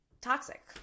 toxic